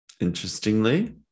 interestingly